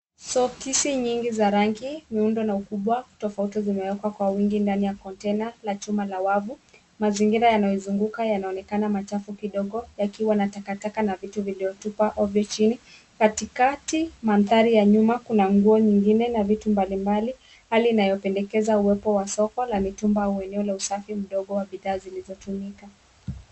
Soksi nyingi za rangi, miunde na ukubwa zimewekwa kwa wingi ndani ya container la chuma la wavu. Mazingira yanayozunguka yanaonekana machafu kidogo yakiwa na takataka na vitu vilivyotupwa ovyo chini katikati. Mandhari ya nyuma kuna nguo nyingine na vitu mbalimbali hali inayopendekeza uwepo wa soko la mitumba au eneo la usafi mdogo wa bidhaa zilizotumika.